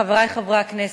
חברי חברי הכנסת,